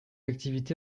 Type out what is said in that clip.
activité